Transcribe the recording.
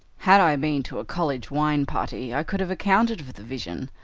had i been to a college wine party i could have accounted for the vision,